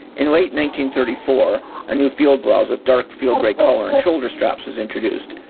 in late one thirty four a new field blouse with dark field grey collar and shoulder straps was introduced.